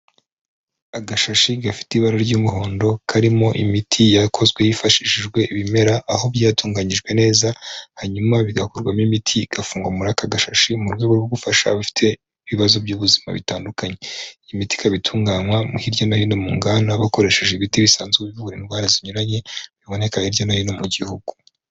Agashashi gafite ibara ry'umuhondo karimo imiti yakozwe hifashishijwe ibimera aho byatunganyijwe neza hanyuma bigakorwamo imiti igafungugwa muri aka gashashi mu rwego rwo gufasha abafite ibibazo by'ubuzima bitandukanye imiti ikaba itunganywa hirya no hino mu nganda bakoresheje ibiti bisanzwe bivura indwara zinyuranye biboneka hirya no hino mu gihugu.